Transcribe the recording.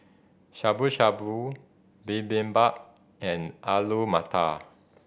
Shabu Shabu Bibimbap and Alu Matar